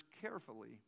carefully